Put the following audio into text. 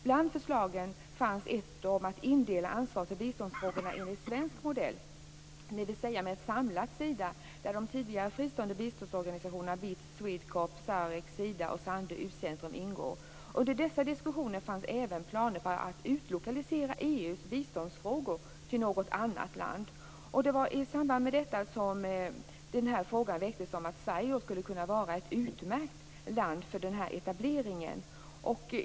Bland förslagen fanns ett om att indela ansvaret för biståndsfrågorna enligt svensk modell, dvs. med ett samlat Sida, där de tidigare fristående biståndsorganisationerna - BITS, Swedecorp, SAREC, Sida och Sandö U-centrum - ingår. Under dessa diskussioner fanns även planer på att utlokalisera EU:s biståndsfrågor till något annat land. Och det var i samband med detta som frågan väcktes om att Sverige skulle kunna vara ett utmärkt land för den här etableringen.